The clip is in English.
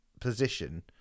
position